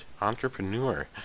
Entrepreneur